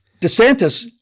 DeSantis